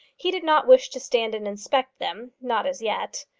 he did not wish to stand and inspect them not as yet.